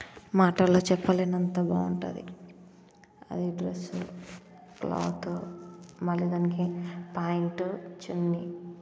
మాటల్లో చెప్పలేనంత బాగుంటుంది అది డ్రస్ క్లాత్ మళ్ళీ దానికి ప్యాంట్ చున్నీ